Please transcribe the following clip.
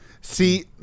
see